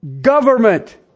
government